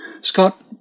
Scott